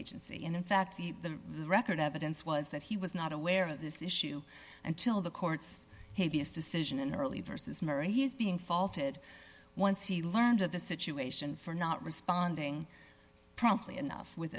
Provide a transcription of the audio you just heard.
agency and in fact the the record evidence was that he was not aware of this issue until the court's decision in early versus murray he's being faulted once he learned of the situation for not responding promptly enough with